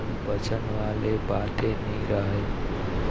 अनपचन वाले बाते नइ राहय